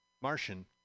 Martian